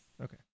Okay